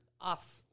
off